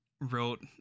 wrote